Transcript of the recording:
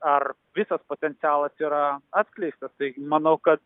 ar visas potencialas yra atskleistas tai manau kad